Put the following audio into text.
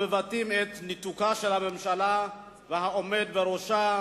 המבטאים את ניתוקה של הממשלה והעומד בראשה